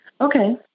okay